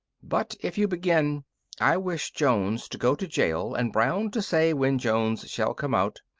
but if you begin i wish jones to go to gaol and brown to say when jones shall come out,